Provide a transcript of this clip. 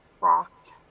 rocked